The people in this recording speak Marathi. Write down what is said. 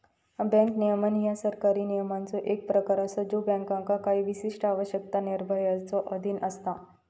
बँक नियमन ह्या सरकारी नियमांचो एक प्रकार असा ज्यो बँकांका काही विशिष्ट आवश्यकता, निर्बंधांच्यो अधीन असता